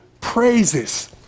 praises